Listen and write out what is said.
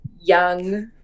young